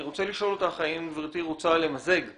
רוצה לשאול אותך האם גברתי רוצה למזג את